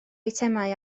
eitemau